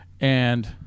And-